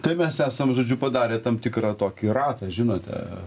tai mes esam žodžiu padarę tam tikrą tokį ratą žinote